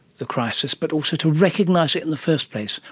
the crisis, but also to recognise it in the first place.